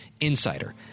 insider